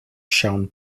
shown